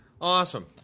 Awesome